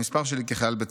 המספר שלי כחייל בצה"ל'.